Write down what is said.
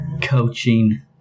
coaching